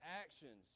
actions